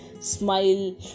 Smile